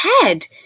head